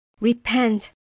Repent